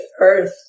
Earth